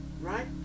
Right